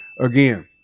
again